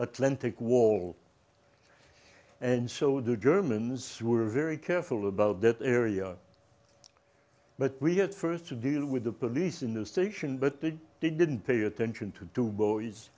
atlantic wall and so do the germans were very careful about that area but we had first to deal with the police in the station but they didn't pay attention to two boys